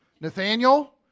Nathaniel